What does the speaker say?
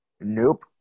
Nope